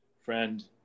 friend